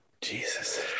Jesus